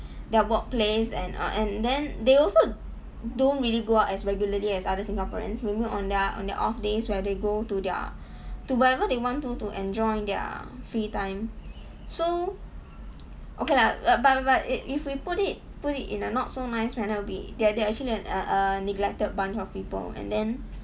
their workplace and uh and then they also don't really go out as regularly as other singaporeans maybe on their on their off days where they go do their to wherever they want to to enjoy their free time so okay lah but but if if we put it put it in a not so nice manner would be they are they are actually a a neglected bunch of people and then